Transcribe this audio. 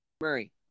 Murray